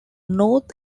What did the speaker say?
north